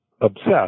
obsessed